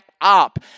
up